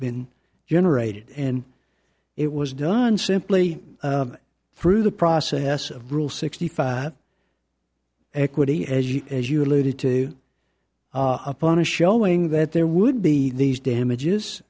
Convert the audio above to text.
been generated and it was done simply through the process of rule sixty five equity as you as you alluded to upon a showing that there would be these damages